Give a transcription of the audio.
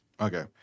Okay